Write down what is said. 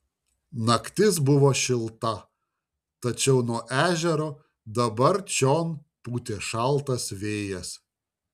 naktis buvo šilta tačiau nuo ežero dabar čion pūtė šaltas vėjas